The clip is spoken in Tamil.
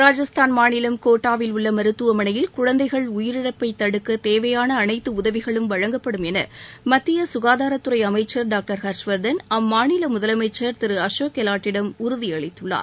ராஜஸ்தான் மாநிலம் கோட்டாவில் உள்ள மருத்துவமனையில் குழந்தைகள் உயிரிழப்பை தடுக்க தேவையான அனைத்து உதவிகளும் வழங்கப்படும் என மத்திய ககாதாரத்துறை அமைச்சர் டாக்டர் ஹர்ஷ்வர்தன் அம்மாநில முதலமைச்சர் திரு அசோக் கெலாட்டிடம் உறுதியளித்துள்ளார்